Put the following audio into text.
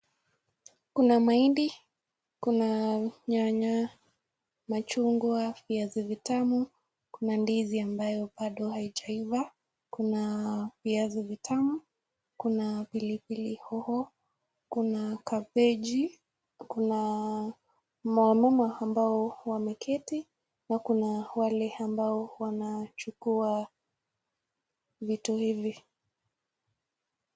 Kuna mahindi, nyanya, machungwa, viazi vitamu, Kuna ndizi ambayo bado haijaiva. Kuna viazi vitamu, kuna pilipili hoho, kuna kabeji, Kuna wamama ambao wameketi, na kuna wale ambao wanachukua vitu hivi.